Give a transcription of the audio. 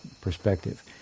perspective